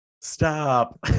stop